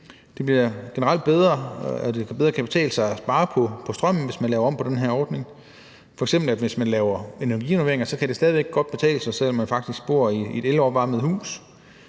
Det bliver generelt bedre, hvis det bedre kan betale sig at spare på strømmen, som hvis man laver om på den her ordning. Hvis man f.eks. laver energirenoveringer, kan det stadig væk godt betale sig, selv om man faktisk bor i et elopvarmet hus.